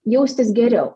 jaustis geriau